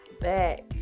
back